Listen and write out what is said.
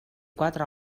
quatre